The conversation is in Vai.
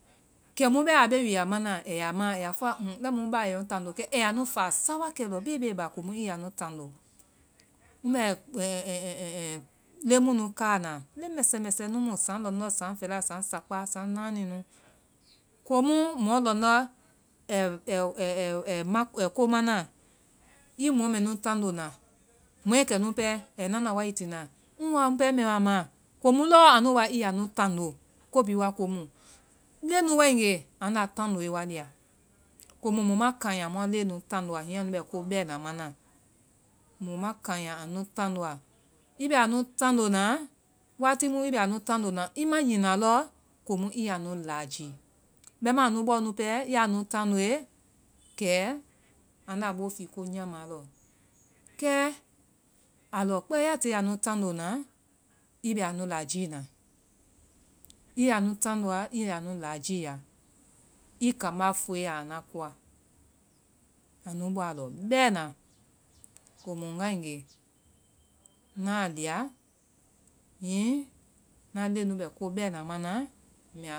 kɛmu bɛɛ a bee wi a mana, ɛya maã ɛyaa fɔa huŋ, lɛi mu ŋ mba yɛi ŋ tando kɛ, ɛyaa nu faa sa wa kɛ lɔ bee bee ba kɛmu i yaa nu tando. Ŋmbɛ leŋ mu nu káa na, leŋ mɛsɛ mɛsɛ nu mu, saŋ fɛla, saŋ sakpá, saŋ nááni nu. Komu mɔ lɔndɔ́ ɛi ma ɛi koma naã, i mɔ mɛ nu tando na, mɔɛ kɛnu pɛɛ ɛi na i tina, ŋ woa ŋ pɛɛ mbɛ a ma. Komu lɔɔ anu woa i yaa nu tando. Ko bee waa komu leŋɛ nu wáegee anda tandoe wa liya. Komu mu ma kanya muã leŋɛ nu tandoa híŋí anu bɛ ko bɛɛna ma. Mu ma kanya anu tandoa. I bɛ anu tando naã, wati nu i bɛ a nu tando na i ma nyina lɔ komu i yaa nu lajii. Bɛimaã anu bɔɔ nu pɛɛ yaa a nu tandoe kɛ anda boo fii ko nyaa maã lɔ. kɛ, a lɔ kpɛɛ ya tie anu tando naã, i bɛ anu lajii na. i yaa anu tandoa, í yaa nu lajiia. I kambá fueya anuã kowa. Á nuĩ bɔa alɔ bɛɛna, komu ŋgáegee ŋna a liya híńí ŋna leŋɛ nu bɛ ko bɛɛna manaa, mbɛ